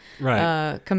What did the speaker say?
Right